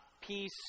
peace